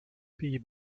pays